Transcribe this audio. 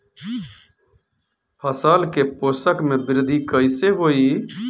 फसल के पोषक में वृद्धि कइसे होई?